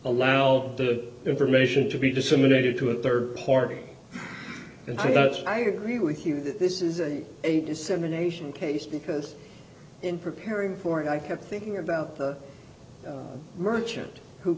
allow the information to be disseminated to a third party and i agree with you that this is a dissemination case because in preparing for it i kept thinking about the merchant who